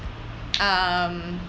um